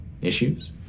Issues